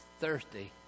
thirsty